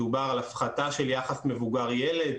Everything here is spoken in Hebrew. מדובר על הפחתה של יחס מבוגר ילד,